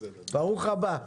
ברוך הבא.